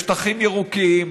בשטחים ירוקים,